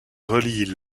relie